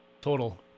Total